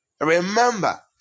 Remember